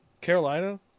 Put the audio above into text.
Carolina